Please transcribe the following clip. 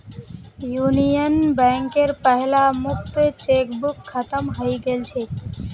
union बैंकेर पहला मुक्त चेकबुक खत्म हइ गेल छ